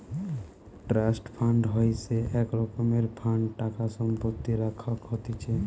trust fund হইসে এক রকমের ফান্ড টাকা সম্পত্তি রাখাক হতিছে